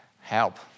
help